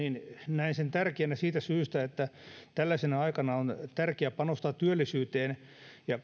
näen sen tärkeänä siitä syystä että tällaisena aikana on tärkeää panostaa työllisyyteen ja